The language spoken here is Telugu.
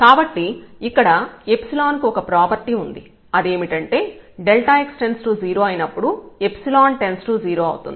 కాబట్టి ఇక్కడ కు ఒక ప్రాపర్టీ ఉంది అదేమిటంటే x→0 అయినప్పుడు →0 అవుతుంది